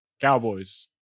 Cowboys